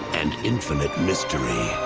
and infinite mystery,